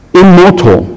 immortal